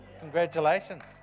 Congratulations